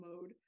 mode